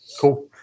cool